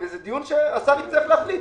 זה דיון שהשר יצטרך להחליט.